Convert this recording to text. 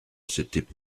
s’étaient